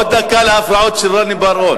עוד דקה להפרעות של רוני בר-און.